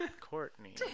Courtney